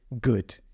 Good